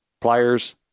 pliers